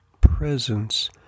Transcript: presence